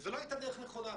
וזאת לא היתה דרך נכונה.